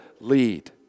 lead